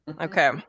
Okay